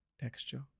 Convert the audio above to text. texture